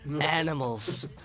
animals